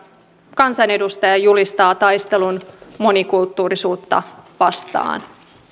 kansanedustaja julistaa taistelun monikulttuurisuutta vastaan